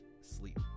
sleep